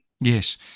Yes